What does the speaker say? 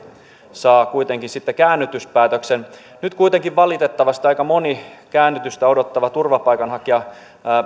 saa kuitenkin sitten käännytyspäätöksen nyt kuitenkin valitettavasti aika moni käännytystä odottava turvapaikanhakija